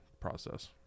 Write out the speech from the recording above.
process